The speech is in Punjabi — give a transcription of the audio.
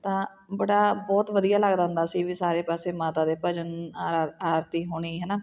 ਤਾਂ ਬੜਾ ਬਹੁਤ ਵਧੀਆ ਲੱਗਦਾ ਹੁੰਦਾ ਸੀ ਵੀ ਸਾਰੇ ਪਾਸੇ ਮਾਤਾ ਦੇ ਭਜਨ ਆਰ ਆਰਤੀ ਹੋਣੀ ਹੈ ਨਾ